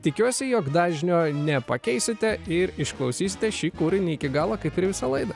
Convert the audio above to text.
tikiuosi jog dažnio nepakeisite ir išklausysite šį kūrinį iki galo kaip ir visą laidą